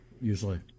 usually